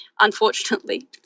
unfortunately